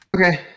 Okay